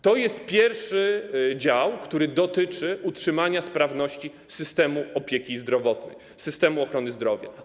To jest pierwszy dział, który dotyczy utrzymania sprawności systemu opieki zdrowotnej, systemu ochrony zdrowia.